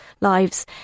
lives